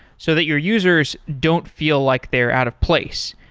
so that your users don't feel like they're out of place.